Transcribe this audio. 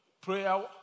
prayer